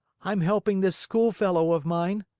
i'm helping this schoolfellow of mine.